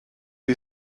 who